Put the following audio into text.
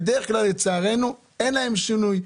אז לצערנו בדרך-כלל אין שינוי.